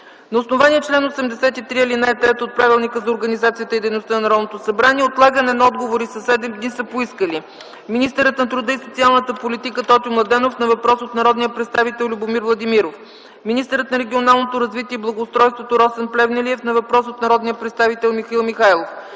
за организацията и дейността на Народното събрание отлагане на отговори със седем дни са поискали: министърът на труда и социалната политика Тотю Младенов на въпрос от народния представител Любомир Владимиров; министърът на регионалното развитие и благоустройството Росен Плевнелиев на въпрос от народния представител Михаил Михайлов;